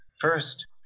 first